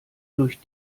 durch